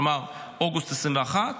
כלומר אוגוסט 2021,